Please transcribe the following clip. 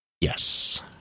yes